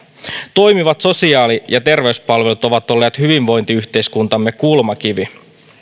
toimivat sosiaali ja terveyspalvelut ovat olleet hyvinvointiyhteiskuntamme kulmakivi